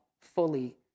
fully